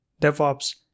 DevOps